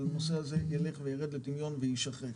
אבל הנושא הזה יירד לטמיון ויישחק.